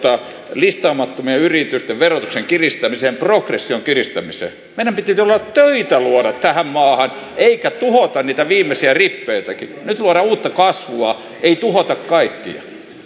listaamattomien yritysten verotuksen kiristämiseen progression kiristämiseen meidän piti töitä luoda tähän maahan eikä tuhota niitä viimeisiä rippeitäkin nyt luodaan uutta kasvua ei tuhota kaikkea